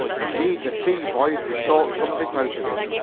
he needs a sea voyage to soak some of it out of him.